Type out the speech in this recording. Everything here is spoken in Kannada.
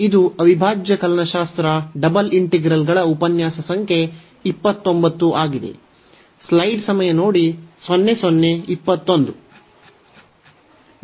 ಇದು ಅವಿಭಾಜ್ಯ ಕಲನಶಾಸ್ತ್ರ ಡಬಲ್ ಇಂಟಿಗ್ರಲ್ಗಳ ಉಪನ್ಯಾಸ ಸಂಖ್ಯೆ 29 ಆಗಿದೆ